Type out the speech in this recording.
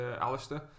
Alistair